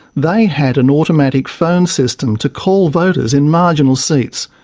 they had an automatic phone system to call voters in marginal seats.